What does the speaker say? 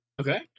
Okay